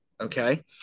Okay